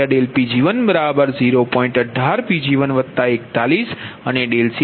18Pg141 અને C2Pg10